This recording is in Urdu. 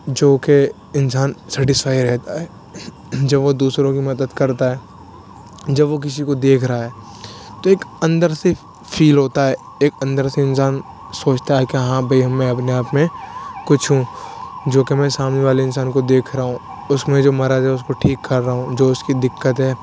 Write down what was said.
جو کہ انسان سٹسفائی رہتا ہے جب وہ دوسروں کی مدد کرتا ہے جب وہ کسی کو دیکھ رہا ہے تو ایک اندر سے فیل ہوتا ہے ایک اندر سے انسان سوچتا ہے کہ ہاں بھائی ہمیں اپنے آپ میں کچھ ہوں جو کہ میں سامنے والے انسان کو دیکھ رہا ہوں اس میں جو مرض ہے اس کو ٹھیک کر رہا ہوں جو اس کی دقت ہے